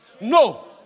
No